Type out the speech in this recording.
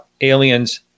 Aliens